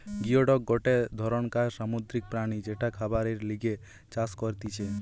geoduck গটে ধরণকার সামুদ্রিক প্রাণী যেটা খাবারের লিগে চাষ করতিছে